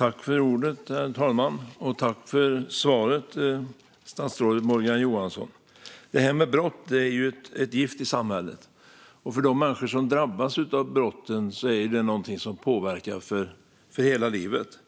Herr talman! Tack för svaret, statsrådet Morgan Johansson! Brott är ett gift i samhället. De människor som drabbats av brott påverkas av det i hela livet.